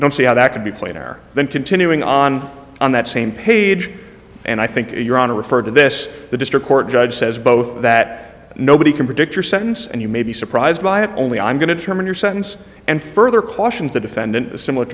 don't see how that could be plainer than continuing on on that same page and i think you're on to refer to this the district court judge says both that nobody can predict your sentence and you may be surprised by it only i'm going to determine your sentence and further cautions the defendant similar